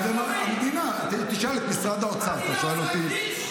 אז זה המדינה, תשאל את משרד האוצר, אתה שואל אותי?